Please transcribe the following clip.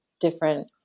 different